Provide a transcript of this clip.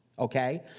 okay